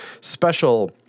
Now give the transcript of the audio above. special